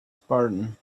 spartan